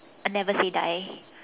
I never say die